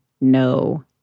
no